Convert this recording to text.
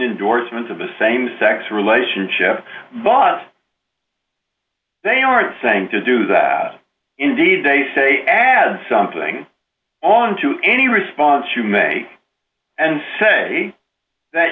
indorsements of the same sex relationship but they aren't saying to do that indeed they say add something on to any response you may and say that